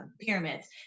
pyramids